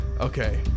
Okay